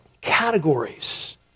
categories